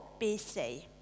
BC